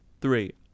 three